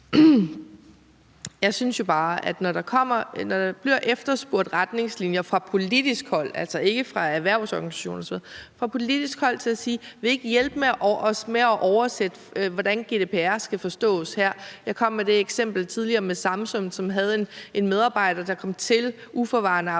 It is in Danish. Jeg synes jo bare, at vi skal lytte, når der bliver efterspurgt retningslinjer fra politisk hold, altså ikke fra erhvervsorganisationer osv., men fra politisk hold, og der bliver sagt: Vil I ikke hjælpe os med at oversætte, hvordan GDPR skal forstås her? Jeg kom med det eksempel tidligere med Samsung, som havde en medarbejder, der kom til uforvarende at afsløre